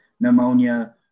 pneumonia